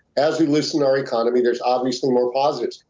as we loosen our economy, there's obviously more positives.